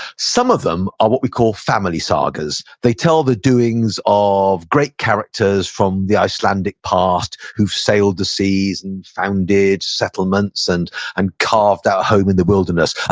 some of them are what we call family sagas they tell the doings of great characters from the icelandic past who've sailed the seas and founded settlements and and carved out a home in the wilderness.